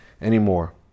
anymore